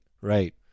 right